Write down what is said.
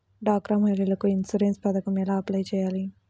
డ్వాక్రా మహిళలకు ఇన్సూరెన్స్ పథకం ఎలా అప్లై చెయ్యాలి?